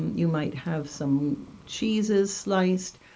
you might have some cheeses sliced,